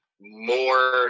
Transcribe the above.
more